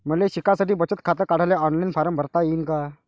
मले शिकासाठी बचत खात काढाले ऑनलाईन फारम भरता येईन का?